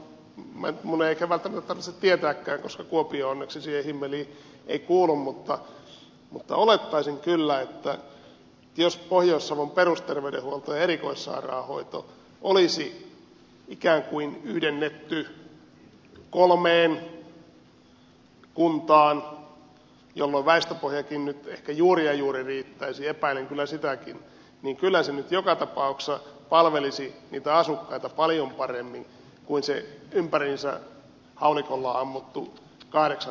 no minun ei ehkä välttämättä tarvitse tietääkään koska kuopio onneksi siihen himmeliin ei kuulu mutta olettaisin kyllä että jos pohjois savon perusterveydenhuolto ja erikoissairaanhoito olisi ikään kuin yhdennetty kolmeen kuntaan jolloin väestöpohjakin nyt ehkä juuri ja juuri riittäisi epäilen kyllä sitäkin niin kyllä se nyt joka tapauksessa palvelisi niitä asukkaita paljon paremmin kuin se ympäriinsä haulikolla ammuttu kahdeksan kunnan malli